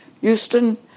Houston